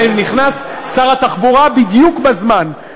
ובכן, נכנס שר התחבורה בדיוק בזמן,